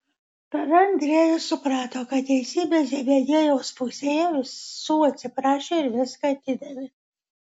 tada andriejus suprato kad teisybė zebediejaus pusėje visų atsiprašė ir viską atidavė